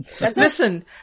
Listen